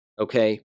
okay